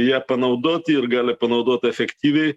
ją panaudoti ir gali panaudoti efektyviai